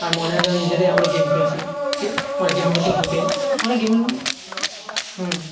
আর মনে হয় যেন নিজেরাই আমরা গেম খেলছি গেম মানে গেমের ভেতর ঢুকে মানে গেমের